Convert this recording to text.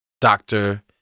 doctor